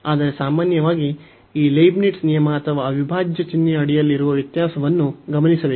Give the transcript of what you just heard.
ಆದರೆ ಸಾಮಾನ್ಯವಾಗಿ ಈ ಲೀಬ್ನಿಟ್ಜ್ ನಿಯಮ ಅಥವಾ ಅವಿಭಾಜ್ಯ ಚಿಹ್ನೆಯ ಅಡಿಯಲ್ಲಿರುವ ವ್ಯತ್ಯಾಸವನ್ನು ಗಮನಿಸಬೇಕು